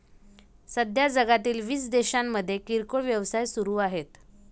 सध्या जगातील वीस देशांमध्ये किरकोळ व्यवसाय सुरू आहेत